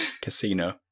Casino